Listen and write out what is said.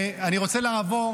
אני רוצה לעבור,